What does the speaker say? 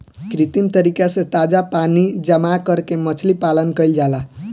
कृत्रिम तरीका से ताजा पानी जामा करके मछली पालन कईल जाला